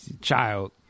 child